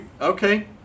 Okay